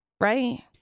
right